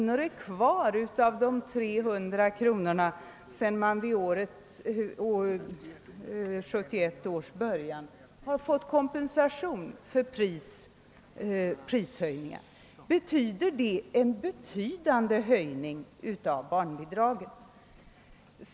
att vara kvar av de 300 kronorna sedan man räknat bort kompensation för prishöjningar vid 1971 års början. Innebär det en betydande höjning av barnbidraget?